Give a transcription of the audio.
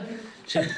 פה,